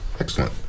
Excellent